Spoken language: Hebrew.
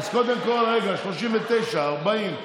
קודם כול, 39, 40,